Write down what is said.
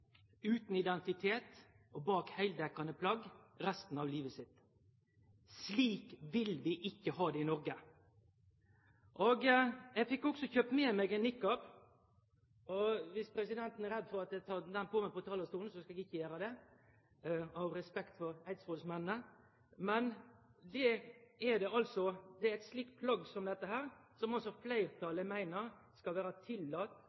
utan identitet, bak heildekkjande plagg resten av livet sitt. Slik vil vi ikkje ha det i Noreg. Eg fekk også kjøpt med meg ein niqab. Viss presidenten er redd for at eg tek han på meg på talarstolen, så skal eg ikkje gjere det, av respekt for eidsvollsmennene. Men det er altså eit slikt plagg som dette som